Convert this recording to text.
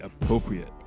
appropriate